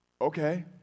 Okay